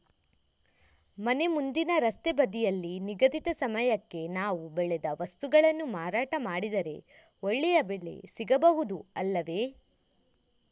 ಮನೆ ಮುಂದಿನ ರಸ್ತೆ ಬದಿಯಲ್ಲಿ ನಿಗದಿತ ಸಮಯಕ್ಕೆ ನಾವು ಬೆಳೆದ ವಸ್ತುಗಳನ್ನು ಮಾರಾಟ ಮಾಡಿದರೆ ಒಳ್ಳೆಯ ಬೆಲೆ ಸಿಗಬಹುದು ಅಲ್ಲವೇ?